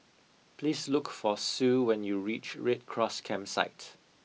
please look for Sue when you reach Red Cross Campsite